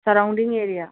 surrounding area